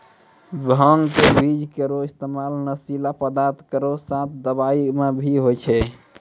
भांग क बीज केरो इस्तेमाल नशीला पदार्थ केरो साथ दवाई म भी होय छै